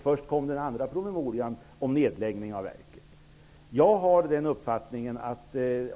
Först kom den andra promemorian om nedläggning av verket.